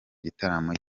gitaramo